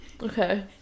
Okay